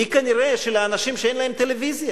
היא כנראה של אנשים שאין להם טלוויזיה.